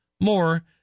more